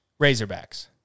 Razorbacks